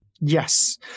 Yes